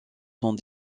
sont